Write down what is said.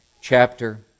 chapter